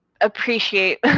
appreciate